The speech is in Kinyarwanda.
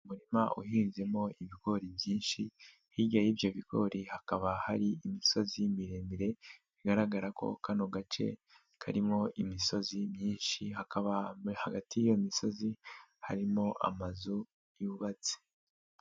Umuririma uhinzemo ibigori byinshi hirya y'ibyo bigori hakaba hari imisozi miremire bigaragara ko kano gace karimo imisozi myinshi, haba hagati y'iyo misozi harimo amazu yubatse.